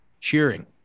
cheering